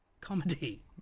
Comedy